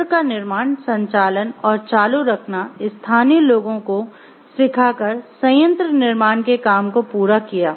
संयंत्र का निर्माण संचालन और चालू रखना स्थानीय लोगों को सिखाकर संयंत्र निर्माण के काम को पूरा किया